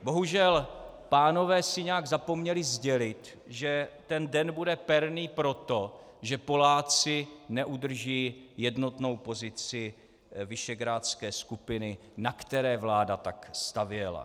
Bohužel, pánové si nějak zapomněli sdělit, že ten den bude perný proto, že Poláci neudrží jednotnou pozici Visegrádské skupiny, na které vláda tak stavěla.